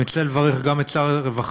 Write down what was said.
אני רוצה לברך גם את שר הרווחה,